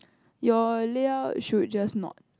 your layout should just not